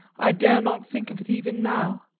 i dare not think of it even now.